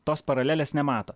tos paralelės nemato